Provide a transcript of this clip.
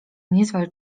niezwal